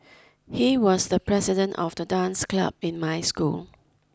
he was the president of the dance club in my school